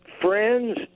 friends